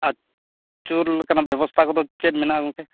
ᱟᱪ ᱟᱹᱪᱩᱨ ᱞᱮᱠᱟᱱᱟᱜ ᱵᱮᱵᱚᱥᱛᱟ ᱠᱚᱫᱚ ᱪᱮᱫ ᱢᱮᱱᱟᱜᱼᱟ ᱜᱚᱝᱠᱮ